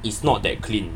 it's not that clean